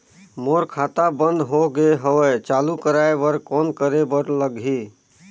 मोर खाता बंद हो गे हवय चालू कराय बर कौन करे बर लगही?